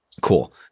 Cool